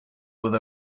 with